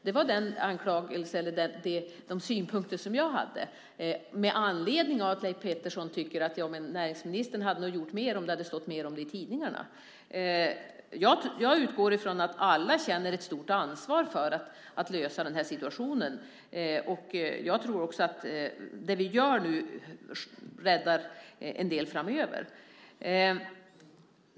Det var det jag syftade på med anledning av att Leif Pettersson tyckte att näringsministern nog hade gjort mer om det stått mer om detta i tidningarna. Jag utgår från att alla känner ett stort ansvar för att lösa situationen, och jag tror att det vi nu gör räddar en del framöver.